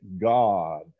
God